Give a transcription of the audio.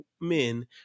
men